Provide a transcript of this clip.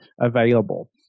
available